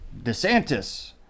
DeSantis